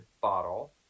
bottle